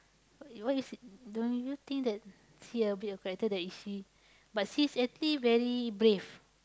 what why you see don't you think that see a bit of character that is she but she's actually very brave